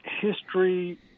history